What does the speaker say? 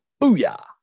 Booyah